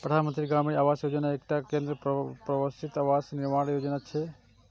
प्रधानमंत्री ग्रामीण आवास योजना एकटा केंद्र प्रायोजित आवास निर्माण योजना छियै